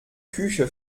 küche